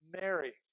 Mary